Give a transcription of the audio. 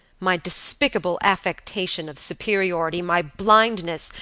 my despicable affectation of superiority, my blindness,